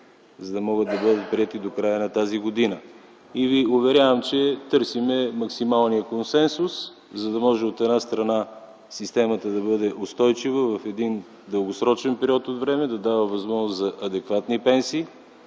за да могат да бъдат приети до края на тази година. Уверявам Ви, че търсим максималния консенсус, за да може системата да бъде устойчива в един дългосрочен период от време, да дава възможност за адекватни пенсии,